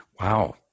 Wow